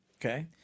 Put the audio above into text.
Okay